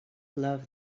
love